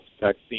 vaccine